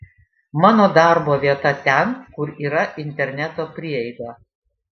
mano darbo vieta ten kur yra interneto prieiga